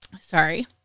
Sorry